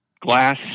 glass